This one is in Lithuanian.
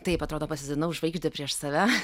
taip atrodo pasisodinau žvaigždę prieš save